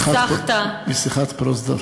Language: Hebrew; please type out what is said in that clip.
ניסחת, משיחת פרוזדור.